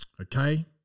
Okay